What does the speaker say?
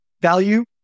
value